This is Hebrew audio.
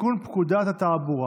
שהתקבלה לוועדת העבודה